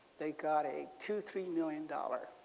got a two three million dollars